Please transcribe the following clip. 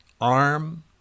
arm